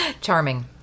Charming